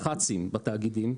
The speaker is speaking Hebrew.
דח"צים בתאגידים,